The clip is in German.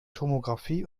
tomographie